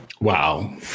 Wow